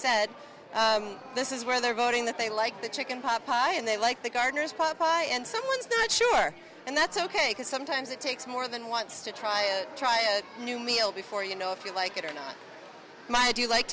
said this is where they're voting that they like the chicken pot pie and they like the gardeners pot pie and some ones that sure and that's ok because sometimes it takes more than once to try try a new meal before you know if you like it or not my do like